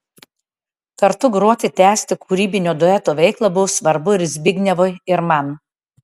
kartu groti tęsti kūrybinio dueto veiklą buvo svarbu ir zbignevui ir man